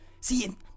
See